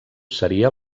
seria